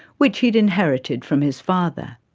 which he had inherited from his father.